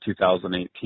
2018